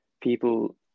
people